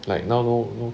like now no